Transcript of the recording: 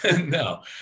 No